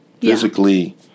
physically